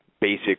basic